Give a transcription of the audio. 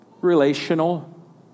relational